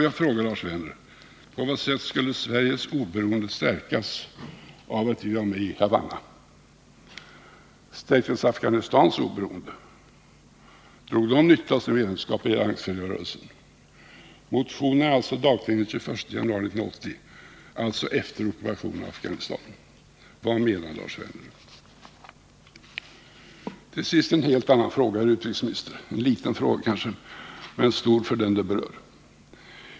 Jag frågar Lars Werner: På vad sätt skulle Sveriges oberoende stärkas av att vi var med i Havanna? Stärktes Afghanistans oberoende? Drog det landet nytta av sitt medlemskap i den alliansfria rörelsen? Motionen är dagtecknad den 21 januari 1980, alltså efter ockupationen av Afghanistan. Vad menar Lars Werner? Till sist en helt annan fråga, herr utrikesminister. Kanske en liten fråga men av stor betydelse för den som är berörd.